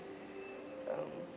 um